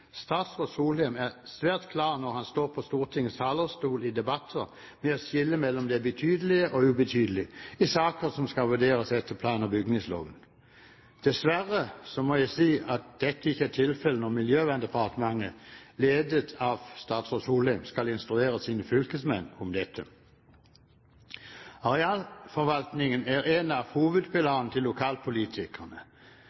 Statsråd Solheim er svært klar når han står på Stortingets talerstol i debatter i å skille mellom det betydelige og ubetydelige i saker som skal vurderes etter plan- og bygningsloven. Dessverre må jeg si at dette ikke er tilfellet når Miljøverndepartementet, ledet av statsråd Solheim, skal instruere sine fylkesmenn om dette. Arealforvaltningen er en av